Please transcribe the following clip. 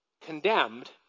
condemned